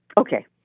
Okay